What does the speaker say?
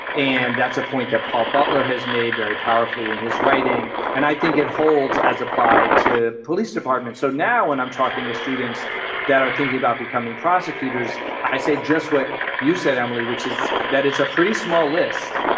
and that's a point that paul butler has made very powerfully in his writing. and i think it holds as applied to police departments. so now when i'm talking to students that are thinking about becoming prosecutors, i say just what you said, emily, which is that it's a pretty small list,